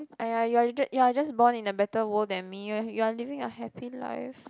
(aiya) you're just you're just born in a better world than me you're you're living a happy life